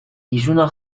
izuna